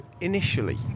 initially